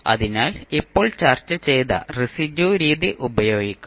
അതിനാൽ ഇപ്പോൾ ചർച്ച ചെയ്ത റെസിഡ്യു രീതി ഉപയോഗിക്കാം